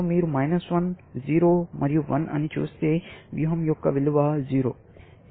మీరు 0 మరియు 1 ని చూస్తే వ్యూహం యొక్క విలువ 0